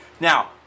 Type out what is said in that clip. Now